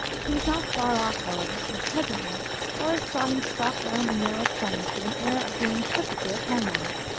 he was not far off, however, for presently horace saw him stalk round the narrow cornice with an air of being perfectly at home on it.